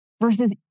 versus